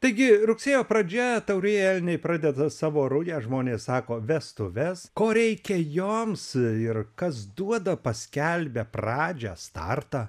taigi rugsėjo pradžia taurieji elniai pradeda savo rują žmonės sako vestuves ko reikia joms ir kas duoda paskelbia pradžią startą